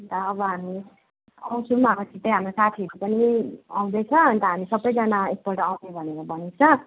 अन्त अब हामी आउँछौँ अब छिट्टै हाम्रा साथीहरू पनि आउँदैछ अन्त हामी सबैजना एकपल्ट आउने भनेर भनेको छ